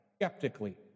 skeptically